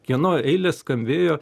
kieno eilės skambėjo